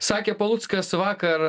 sakė paluckas vakar